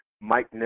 Mike